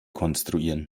konstruieren